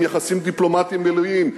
עם יחסים דיפלומטיים מלאים,